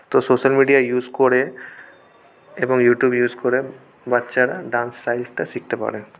তো social media use করে এবং ইউটিউব ইউজ করে বাচ্চারা ডান্স সাইলটা শিখতে পারে